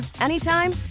anytime